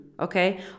Okay